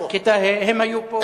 הם היו פה.